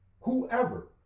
whoever